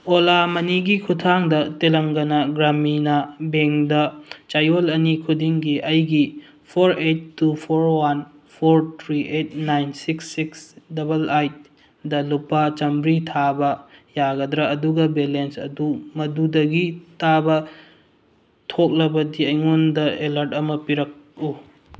ꯑꯣꯂꯥ ꯃꯅꯤꯒꯤ ꯈꯨꯊꯥꯡꯗ ꯇꯦꯂꯪꯒꯅ ꯒ꯭ꯔꯥꯃꯤꯅꯥ ꯕꯦꯡꯗ ꯆꯌꯣꯜ ꯑꯅꯤ ꯈꯨꯗꯤꯡꯒꯤ ꯑꯩꯒꯤ four eight two four one four three eight nine six six double ꯑꯥꯏꯠꯇ ꯂꯨꯄꯥ ꯆꯃꯔꯤ ꯊꯥꯕ ꯌꯥꯒꯗ꯭ꯔ ꯑꯗꯨꯒ ꯕꯦꯂꯦꯟꯁ ꯑꯗꯨ ꯃꯗꯨꯗꯒꯤ ꯇꯥꯕ ꯊꯣꯛꯂꯕꯗꯤ ꯑꯩꯉꯣꯟꯗ ꯑꯦꯂꯔꯠ ꯑꯃ ꯄꯤꯔꯛꯎ